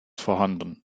vorhanden